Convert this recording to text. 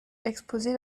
exposer